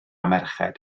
merched